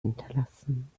hinterlassen